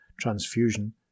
transfusion